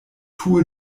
tue